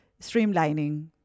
streamlining